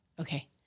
Okay